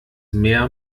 mehr